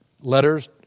Letters